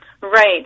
Right